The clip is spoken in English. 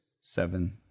seven